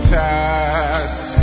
task